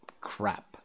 crap